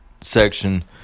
section